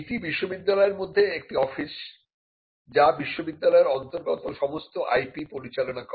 এটি বিশ্ববিদ্যালয়ের মধ্যে একটি অফিস যা বিশ্ববিদ্যালয়ের অন্তর্গত সমস্ত IP পরিচালনা করে